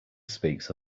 speaks